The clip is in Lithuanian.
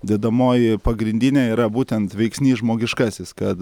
dedamoji pagrindinė yra būtent veiksnys žmogiškasis kad